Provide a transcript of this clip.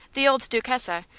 the old duchessa,